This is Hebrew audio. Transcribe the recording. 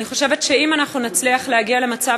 אני חושבת שאם אנחנו נצליח להגיע למצב